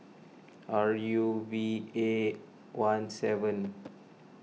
R U V A one seven